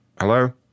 hello